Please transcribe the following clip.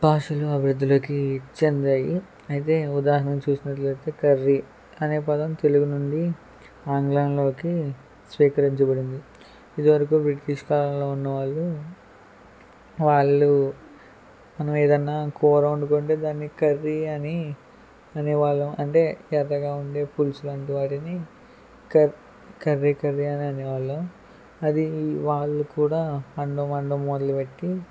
భాషలో అభివృద్ధిలోకి చెందాయి అయితే ఉదాహరణ చూసినట్లయితే కర్రీ అనే పదం తెలుగు నుండి ఆంగ్లంలోకి స్వీకరించబడింది ఇది వరకు బ్రిటిష్ కాలంలో ఉన్నవాళ్ళు వాళ్ళు మనం ఏదన్నా కూర వండుకుంటే దాన్ని కర్రీ అని అనేవాళ్ళం అంటే ఎర్రగా ఉండే పులుసు లాంటి వాటిని కర్రీ కర్రీ అని అనే వాళ్ళం అది వాళ్ళు కూడా అనడం అనడం మొదలుపెట్టి